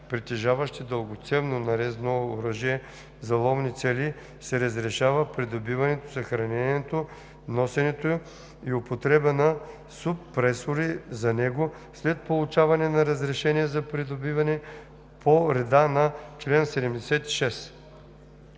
притежаващи дългоцевно нарезно оръжие за ловни цели, се разрешава придобиването, съхранението, носенето и употребата на суппресори за него, след получаване на разрешение за придобиване по реда на чл. 76.“